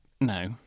No